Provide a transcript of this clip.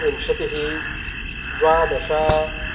विंशतिः द्वादश